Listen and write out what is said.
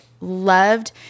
loved